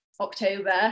October